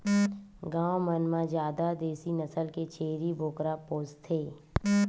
गाँव मन म जादा देसी नसल के छेरी बोकरा पोसथे